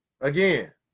again